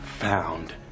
found